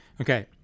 Okay